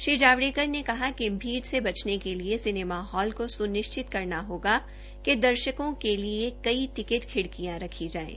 श्री जावड़ेकर ने कहा कि भीड़ से बचने के लिए सिनेमा हॉल को स्निश्चित करना होगा कि दर्शकों के लिए कई टिक्ट खिलकियां रखी जाये